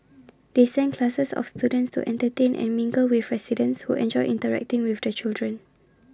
they send classes of students to entertain and mingle with residents who enjoy interacting with the children